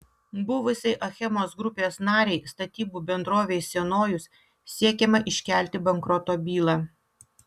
buvusiai achemos grupės narei statybų bendrovei sienojus siekiama iškelti bankroto bylą